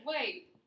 Wait